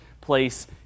place